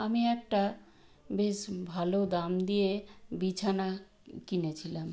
আমি একটা বেশ ভালো দাম দিয়ে বিছানা কিনেছিলাম